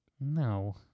No